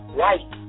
white